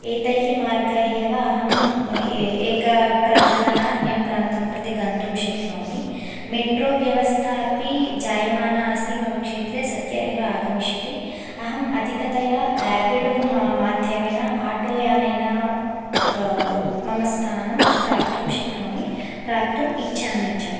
एतैः मार्गैः एव अहम् एकप्रान्ततः अन्यं प्रान्तं प्रति गन्तुं शक्नोमि मेट्रो व्यवस्था अपि जायमाना अस्ति मम क्षेत्रे सद्यः एव आगमिष्यति अहम् अधिकतया रेपिडो माध्यमेन आटो यानेन मम स्थानं प्राप्तुं शक्नोमि प्राप्तुम् इच्छामि च